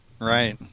Right